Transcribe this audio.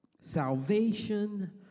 salvation